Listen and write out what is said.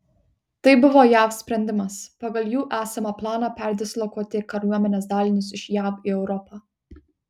tai buvo jav sprendimas pagal jų esamą planą perdislokuoti kariuomenės dalinius iš jav į europą